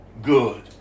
Good